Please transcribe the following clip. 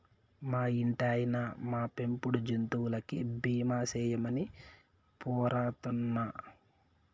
మా ఇంటాయినా, మా పెంపుడు జంతువులకి బీమా సేయమని పోరతన్నా